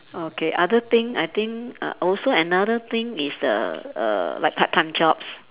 okay other thing I think uh also another thing is the err like part time jobs